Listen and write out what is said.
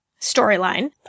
storyline